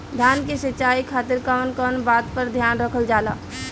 धान के सिंचाई खातिर कवन कवन बात पर ध्यान रखल जा ला?